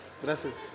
Gracias